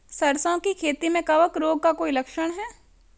सरसों की खेती में कवक रोग का कोई लक्षण है?